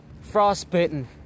frostbitten